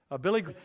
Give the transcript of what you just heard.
Billy